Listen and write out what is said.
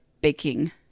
baking